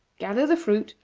gather the fruit,